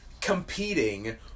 competing